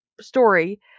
story